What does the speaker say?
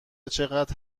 چقدر